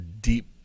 deep